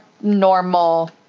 normal